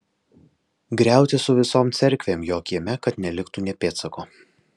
griauti su visom cerkvėm jo kieme kad neliktų nė pėdsako